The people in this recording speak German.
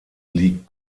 liegt